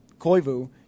Koivu